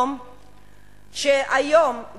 שהיום,